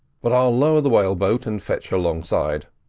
but i'll lower the whale-boat and fetch her alongside.